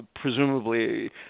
presumably